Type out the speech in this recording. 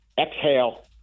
exhale